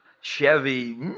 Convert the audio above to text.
Chevy